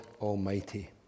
Almighty